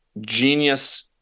genius